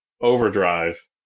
overdrive